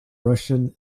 russian